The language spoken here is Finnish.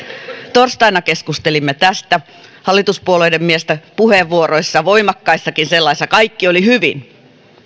torstaina keskustelimme tästä hallituspuolueiden mielestä puheenvuoroissa voimakkaissakin sellaisissa kaikki oli hyvin